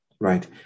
Right